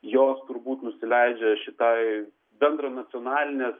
jos turbūt nusileidžia šitai bendranacionalinės